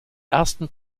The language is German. ersten